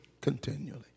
continually